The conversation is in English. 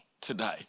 today